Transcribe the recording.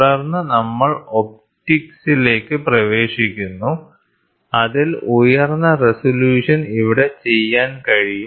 തുടർന്ന് നമ്മൾ ഒപ്റ്റിക്സിലേക്ക് പ്രവേശിക്കുന്നു അതിൽ ഉയർന്ന റെസല്യൂഷൻ ഇവിടെ ചെയ്യാൻ കഴിയും